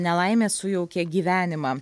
nelaimė sujaukė gyvenimą